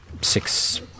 six